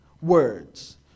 Words